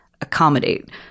accommodate